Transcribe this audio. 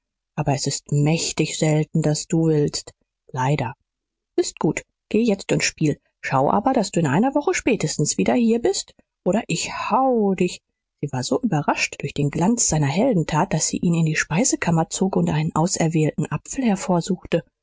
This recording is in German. aber es ist mächtig selten daß du willst leider s ist gut geh jetzt und spiel schau aber daß du in einer woche spätestens wieder hier bist oder ich hau dich sie war so überrascht durch den glanz seiner heldentat daß sie ihn in die speisekammer zog und einen auserwählten apfel